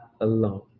alone